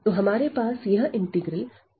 तो हमारे पास यह इंटीग्रल 2 से R तक है